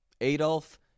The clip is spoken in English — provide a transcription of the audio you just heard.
Adolf